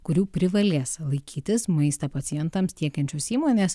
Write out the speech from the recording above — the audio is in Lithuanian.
kurių privalės laikytis maistą pacientams tiekiančios įmonės